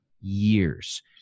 years